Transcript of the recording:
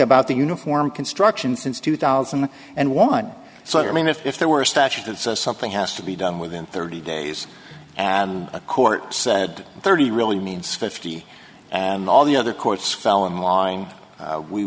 about the uniform construction since two thousand and one so i mean if there were a statute that says something has to be done within thirty days and a court said thirty really means fifty and all the other courts fall in line